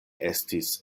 estis